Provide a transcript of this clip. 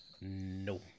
No